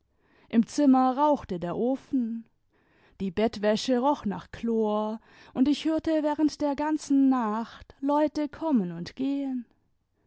im zinmier rauchte der ofen die bettwäsche roch nach chlor imd ich hörte während der ganzen nacht leute konmien imd gehen